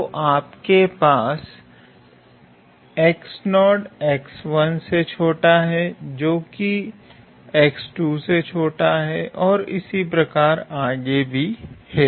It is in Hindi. तो आपके पास से छोटा हे जो की से छोटा है और इसी तरह से आगे भी हैं